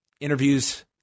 interviews